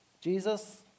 Jesus